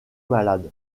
malade